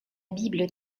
bible